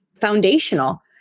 foundational